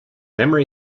memory